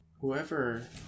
whoever